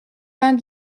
vingt